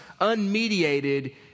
unmediated